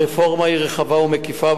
הרפורמה היא רחבה ומקיפה,